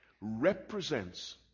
Represents